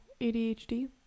ADHD